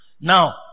Now